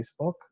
facebook